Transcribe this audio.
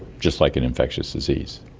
just like an infectious disease.